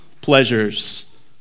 pleasures